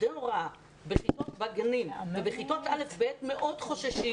עובדי הוראה בגני הילדים ובכיתות א'-ב' מאוד חוששים